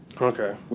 Okay